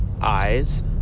eyes